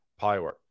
polywork